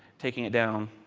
taking it down.